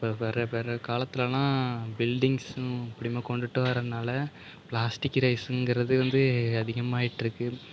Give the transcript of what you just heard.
இப்போது வர வர காலத்துலெல்லாம் பில்ட்டிங்ஸ்ஸும் அப்படியுமா கொண்டுகிட்டு வர காலத்தில் பிளாஸ்ட்டிக்கு ரைஸுங்கிறது வந்து அதிகமாகிட்டு இருக்குது